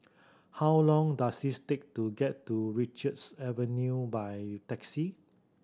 how long does is take to get to Richards Avenue by taxi